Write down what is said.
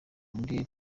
muri